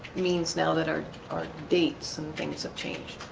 means now that our dates and things have changed